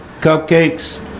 Cupcakes